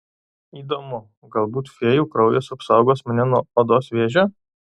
įdomu galbūt fėjų kraujas apsaugos mane nuo odos vėžio